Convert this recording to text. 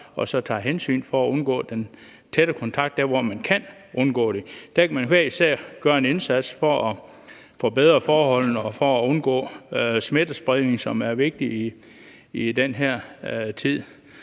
og tage hensyn for at undgå den tætte kontakt der, hvor man kan. Der, hvor man kan undgå det, kan vi hver især gøre en indsats for at forbedre forholdene og for at undgå smittespredningen, hvilket er vigtigt i den her tid.